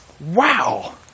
Wow